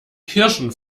kirschen